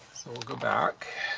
so we'll go back.